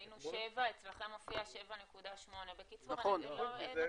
היינו 7, אצלכם מופיע 7.8. בקיצור אין התאמות.